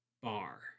bar